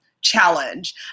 challenge